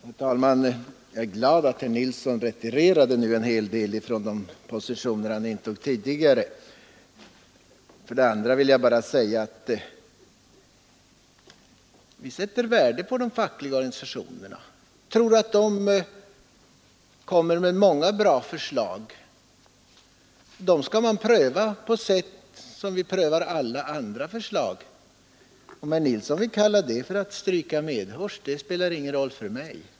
Herr talman! Jag är glad att herr Nilsson i Kalmar nu retirerade en del från de positioner han intog tidigare. Vi sätter värde på de fackliga organisationerna och tror att de kommer med många bra förslag. Dessa förslag skall prövas på samma sätt som vi prövar alla andra förslag. Om herr Nilsson vill kalla det för att stryka fackföreningsrörelsen medhårs spelar ingen roll för mig.